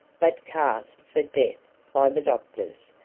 but cast for death by the doctors,